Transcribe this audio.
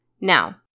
Now